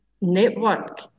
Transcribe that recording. network